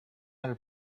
other